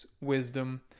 wisdom